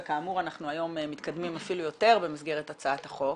וכאמור אנחנו היום מתקדמים אפילו יותר במסגרת הצעת החוק,